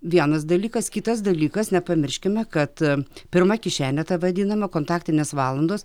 vienas dalykas kitas dalykas nepamirškime kad pirma kišenė ta vadinama kontaktinės valandos